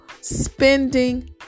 spending